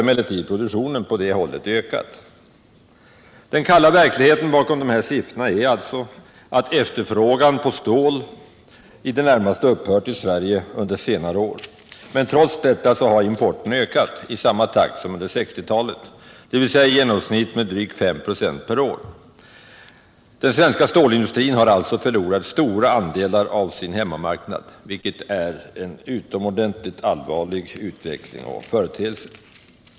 Därefter har produktionen inom det området ökat. Den kalla verkligheten bakom dessa siffror är alltså att efterfrågan på stål i det närmaste upphört i Sverige under senare år. Trots detta har importen ökat i samma takt som under 1960-talet, dvs. i genomsnitt med drygt 5 96 per år. Den svenska stålindustrin har alltså förlorat stora andelar av sin hemmamarknad, vilket är en utomordentligt allvarlig utveckling och företeelse.